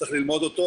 צריך ללמוד אותו.